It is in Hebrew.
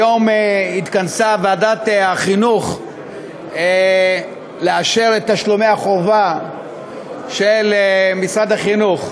היום התכנסה ועדת החינוך לאשר את תשלומי החובה של משרד החינוך.